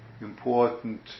important